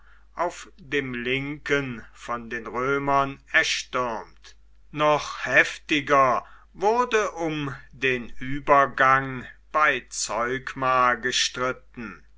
auf dem linken von den römern erstürmt noch heftiger wurde um den übergang bei zeugma gestritten